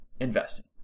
investing